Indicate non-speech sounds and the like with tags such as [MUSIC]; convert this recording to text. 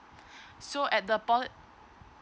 [BREATH] so at the poly